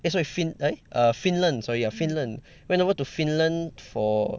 eh sorry fin~ eh err finland sorry ya finland went over to finland for